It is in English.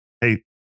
hey